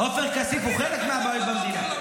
עופר כסיף הוא הבעיה במדינה?